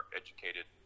educated